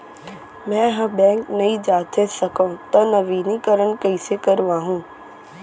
मैं ह बैंक नई जाथे सकंव त नवीनीकरण कइसे करवाहू?